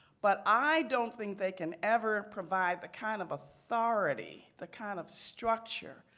but i don't think they can ever provide the kind of authority, the kind of structure,